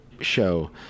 Show